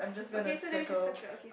okay so then we just circle okay